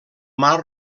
mar